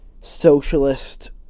socialist